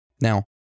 Now